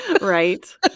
right